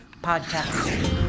podcast